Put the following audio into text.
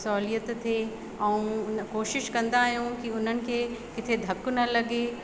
सहुलियत थिए ऐं हुन कोशिशि कंदा आहियूं की हुननि खे किथे धक न लगे